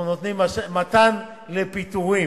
אנחנו מדברים על מתן אישור לפיטורים.